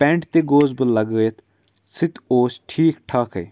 pant تہِ گووُس بہٕ لَگٲیِتھ سُہ تہِ اوس ٹھیٖک ٹھاکَے